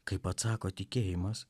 kaip atsako tikėjimas